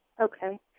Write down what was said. Okay